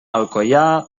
alcoià